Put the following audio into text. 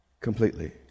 completely